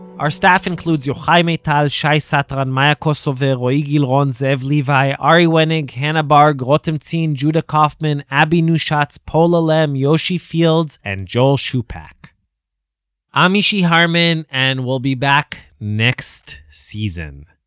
our staff includes yochai maital, shai satran, maya kosover, roee gilron, zev levi, ari wenig, hannah barg, ah rotem zin, judah kauffman, abby neuschatz, pola lem, yoshi fields and joel shupack i'm mishy harman, and we'll be back next season.